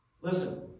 Listen